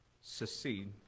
succeed